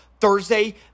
Thursday